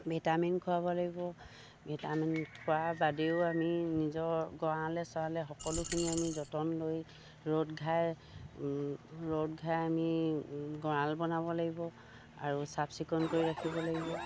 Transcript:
vitamin খোৱাব লাগিব vitamin খোৱাৰ বাদেও আমি নিজৰ গড়ালে চৰালে সকলোখিনি আমি যতন লৈ ৰ'দঘাই ৰ'দঘাই আমি গড়াল বনাব লাগিব আৰু চাফচিকুণ কৰি ৰাখিব লাগিব